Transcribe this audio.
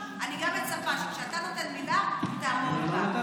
אני גם מצפה שכשאתה נותן מילה, תעמוד בה.